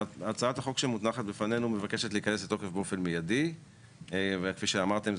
הצעת החוק שמונחת בפנינו מבקשת להיכנס באופן מיידי וכפי שאמרתם,